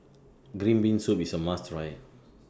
Green Bean Soup IS A must Try